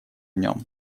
нем